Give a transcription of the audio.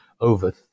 over